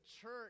church